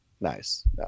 Nice